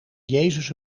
jezus